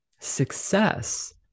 success